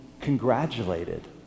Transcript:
congratulated